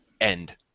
End